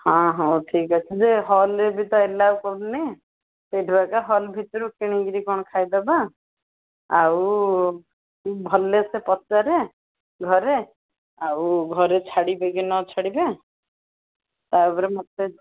ହଁ ହଁ ହଉ ଠିକ୍ ଅଛି ଯେ ହଲ୍ରେ ବି ତ ଆଲାଓ କରୁନି ସେଇଠୁ ଏକା ହଲ୍ ଭିତରୁ କିଣିକିରି କ'ଣ ଖାଇଦବା ଆଉ ତୁ ଭଲ ସେ ପଚାରେ ଘରେ ଆଉ ଘରେ ଛାଡ଼ିବେ କି ନ ଛାଡ଼ିବେ ତା ପରେ ମୋତେ